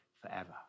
forever